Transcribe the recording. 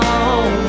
on